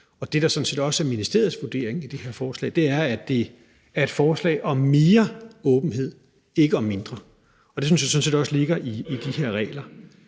og det, der sådan set også er ministeriets vurdering af det her forslag, er, at det er et forslag om mere åbenhed, ikke om mindre, og det synes jeg sådan set også ligger i de her regler.